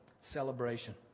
celebration